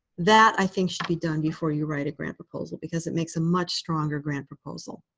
that, i think, should be done before you write a grant proposal, because it makes a much stronger grant proposal.